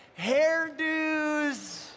hairdos